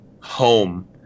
home